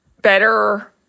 better